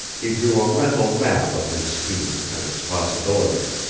he drew a mental map of his scheme and its possibilities.